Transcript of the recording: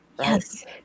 yes